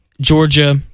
Georgia